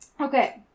Okay